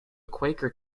quaker